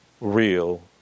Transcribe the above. real